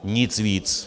Nic víc.